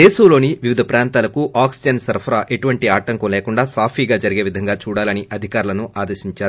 దేశంలోని వివిధ ప్రాంతాలకు ఆక్సిజన్ సరఫరా ఎలాంటి ఆటంకం లేకుండా సాఫీగా జరిగేలా చూడాలని అధికారులను ఆదేశించారు